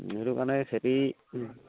সেইটো কাৰণে খেতি